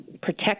protect